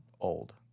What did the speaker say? old